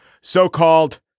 so-called